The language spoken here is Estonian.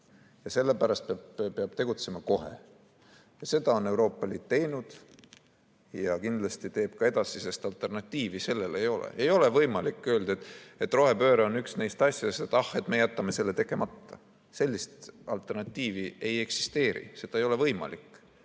Sellepärast peab tegutsema kohe. Seda on Euroopa Liit teinud ja kindlasti teeb ka edasi, sest alternatiivi sellele ei ole. Ei ole võimalik öelda, et rohepööre on üks neist asjadest, et ah, me jätame selle tegemata. Sellist alternatiivi ei eksisteeri. Ei ole võimalik